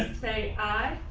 say aye.